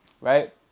right